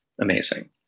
Amazing